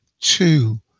two